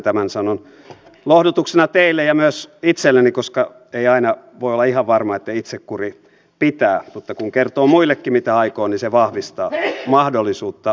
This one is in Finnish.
tämän sanon lohdutuksena teille ja myös itselleni koska ei aina voi olla ihan varma että itsekuri pitää mutta kun kertoo muillekin mitä aikoo niin se vahvistaa mahdollisuutta onnistua